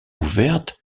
ouvertes